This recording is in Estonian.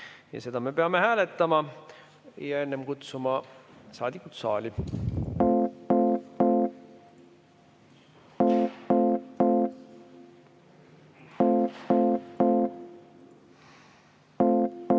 Ja seda me peame hääletama. Enne kutsume saadikud saali.